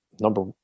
number